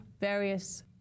various